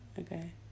Okay